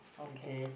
it is